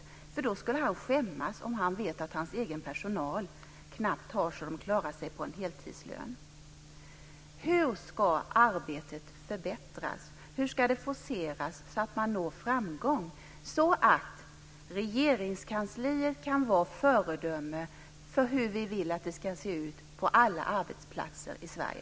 Han skulle skämmas om han visste att hans egen personal knappt har så att de klarar sig på en heltidslön. Hur ska detta arbete förbättras? Hur ska det forceras så att man når framgång, så att Regeringskansliet kan vara ett föredöme för hur vi vill att det ska se ut på alla arbetsplatser i Sverige?